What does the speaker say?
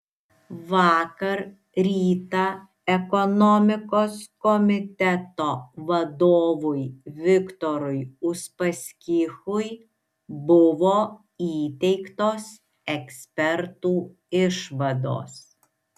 vakar rytą ekonomikos komiteto vadovui viktorui uspaskichui buvo įteiktos ekspertų išvados